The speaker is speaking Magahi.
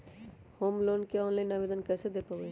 होम लोन के ऑनलाइन आवेदन कैसे दें पवई?